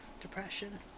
depression